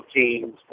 teams